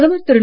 பிரதமர் திரு